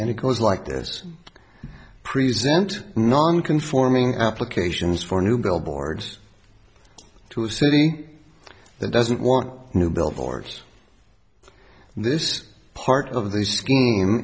and it goes like this present non conforming applications for new billboards to a city that doesn't want new billboards this part of the scheme